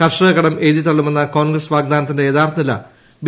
കർഷക കടം എഴുതി തള്ളുമെന്ന കോൺഗ്രസ് വാഗ്ദാനത്തിന്റെ യഥാർത്ഥ നില ബി